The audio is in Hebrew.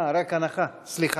רק הנחה, סליחה.